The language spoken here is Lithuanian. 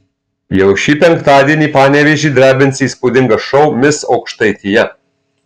jau šį penktadienį panevėžį drebins įspūdingas šou mis aukštaitija